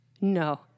No